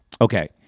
Okay